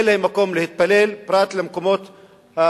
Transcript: ואין להם מקום להתפלל פרט למקומות הציבוריים,